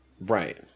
Right